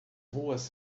ruas